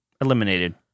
Eliminated